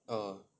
uh